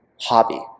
hobby